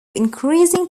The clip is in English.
increasing